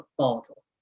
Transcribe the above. volatile